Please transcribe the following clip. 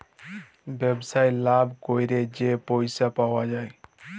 ব্যবসায় লাভ ক্যইরে যে পইসা পাউয়া যায়